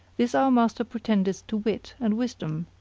this our master pretendeth to wit and wisdom,